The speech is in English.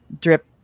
drip